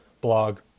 blog